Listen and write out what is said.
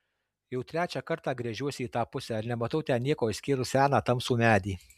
jau trečią kartą gręžiuosi į tą pusę ir nematau ten nieko išskyrus seną tamsų medį